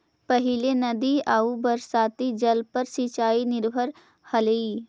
पहिले नदी आउ बरसाती जल पर सिंचाई निर्भर हलई